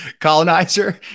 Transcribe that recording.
colonizer